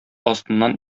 астыннан